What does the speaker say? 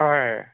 হয়